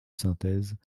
synthèses